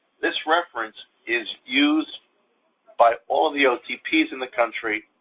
this reference is used by all of the otps in the country.